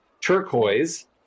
turquoise